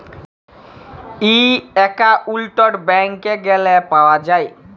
ই account ব্যাংকে গ্যালে পাউয়া যায়